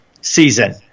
season